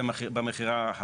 במכירה.